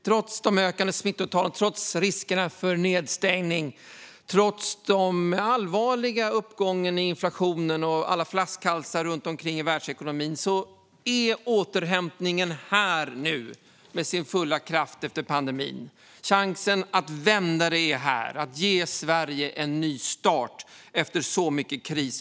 Trots ökade smittotal, riskerna för nedstängning, den allvarliga uppgången i inflationen och alla flaskhalsar runt omkring i världsekonomin är återhämtningen här nu med sin fulla kraft efter pandemin. Chansen till en vändning är här, chansen att ge Sverige en nystart efter så mycket kris.